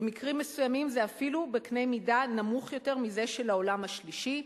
במקרים מסוימים הרמה נמוכה יותר אפילו מזו של העולם השלישי,